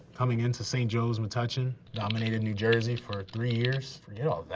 coming in to st. joe's metuchen, dominated new jersey for three years. forget all that,